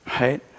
Right